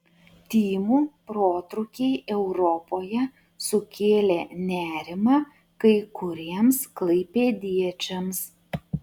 tymų protrūkiai europoje sukėlė nerimą kai kuriems klaipėdiečiams